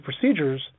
Procedures